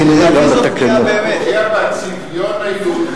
כנראה גם בתקנון.